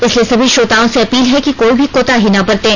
इसलिए सभी श्रोताओं से अपील है कि कोई भी कोताही ना बरतें